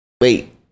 wait